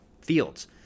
fields